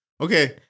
Okay